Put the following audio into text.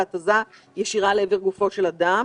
בהתזה ישירה לעבר גופו של אדם.